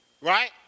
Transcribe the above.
right